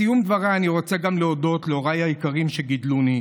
בסיום דבריי אני רוצה גם להודות להוריי היקרים שגידלוני,